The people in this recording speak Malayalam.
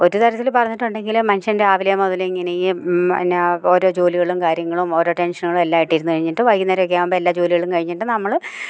ഒര് തരത്തില് പറഞ്ഞിട്ടുണ്ടെങ്കിൽ മനുഷ്യൻ രാവിലെ മുതലെ ഇങ്ങനെ ഈ എന്നാ ഓരോ ജോലികളും കാര്യങ്ങളും ഓരോ ടെൻഷനുകളും എല്ലാമായിട്ട് ഇരുന്ന് കഴിഞ്ഞിട്ട് വൈകുന്നേരം ആകുമ്പോൾ എല്ലാ ജോലികള് കഴിഞ്ഞിട്ട് നമ്മള്